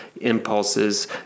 impulses